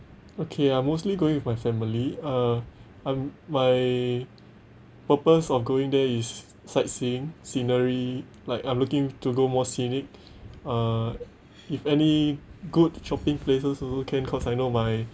okay I'm mostly going with my family uh uh my purpose of going there is sightseeing scenery like I'm looking to go more scenic uh if any good shopping places also can cause I know my